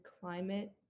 climate